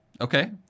Okay